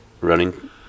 running